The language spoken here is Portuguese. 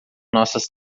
nossas